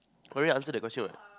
query answer that question what